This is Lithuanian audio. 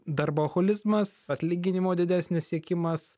darboholizmas atlyginimo didesnis siekimas